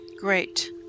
Great